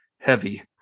heavy